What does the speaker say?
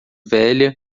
velha